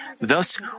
Thus